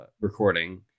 recording